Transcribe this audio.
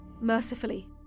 mercifully